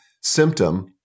symptom